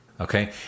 okay